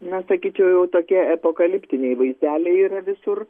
na sakyčiau jau tokie apokaliptiniai vaizdeliai yra visur